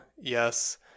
yes